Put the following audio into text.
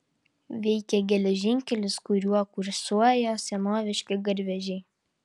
veikia geležinkelis kuriuo kursuoja senoviški garvežiai